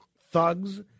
thugs